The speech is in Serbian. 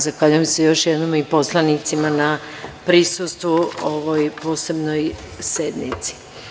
Zahvaljujem se još jednom i poslanicima na prisustvu ovoj posebnoj sednici.